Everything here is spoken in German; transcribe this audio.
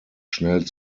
schnell